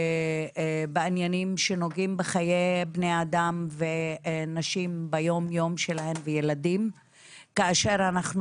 בעניינים שנוגעים בחיי בני אדם ונשים ביום יום שלהן וילדים כאשר אנחנו